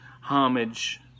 homage